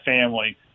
family